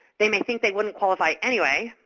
they may think they wouldn't qualify anyway,